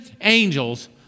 angels